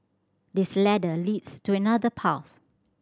this ladder leads to another path